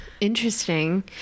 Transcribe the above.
interesting